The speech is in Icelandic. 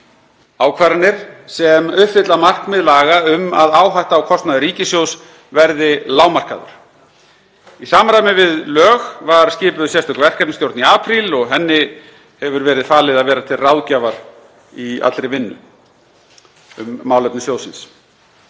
ákvarðanir sem uppfylla markmið laga um að áhætta og kostnaður ríkissjóðs verði lágmarkaður. Í samræmi við lög var skipuð sérstök verkefnisstjórn í apríl og henni hefur verið falið að vera til ráðgjafar í allri vinnu um málefni sjóðsins.